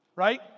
Right